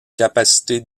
capacités